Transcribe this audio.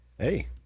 Hey